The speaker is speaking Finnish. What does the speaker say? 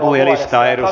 arvoisa puhemies